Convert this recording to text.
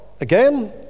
Again